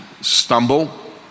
stumble